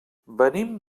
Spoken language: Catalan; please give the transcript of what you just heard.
venim